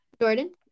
Jordan